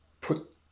put